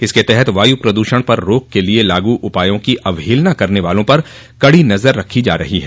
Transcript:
इसके तहत वायू प्रद्रषण पर रोक के लिए लागू उपायों की अवहेलना करने वालों पर कड़ी नजर रखी जा रही है